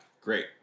Great